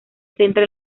centra